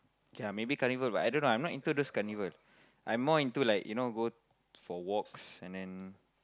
k lah maybe carnival but I don't know I not into those carnival I'm more into like you know go for walks and then